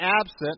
absent